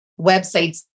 websites